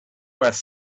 was